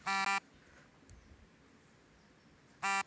Fixed deposit ಬಡ್ಡಿ ದರ ಎಷ್ಟು?